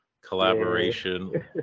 collaboration